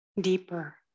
deeper